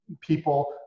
people